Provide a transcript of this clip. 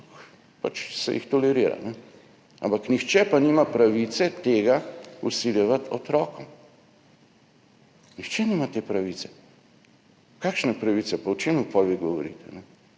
in se jih pač tolerira, ampak nihče pa nima pravice tega vsiljevati otrokom. Nihče nima te pravice. Kakšne pravice? O čem potem vi govorite?